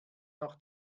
noch